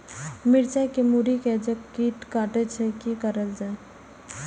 मिरचाय के मुरी के जे कीट कटे छे की करल जाय?